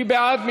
מי בעד?